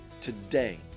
Today